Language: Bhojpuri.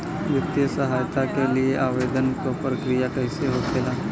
वित्तीय सहायता के लिए आवेदन क प्रक्रिया कैसे होखेला?